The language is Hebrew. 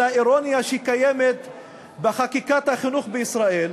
האירוניה שקיימת בחקיקת החינוך בישראל,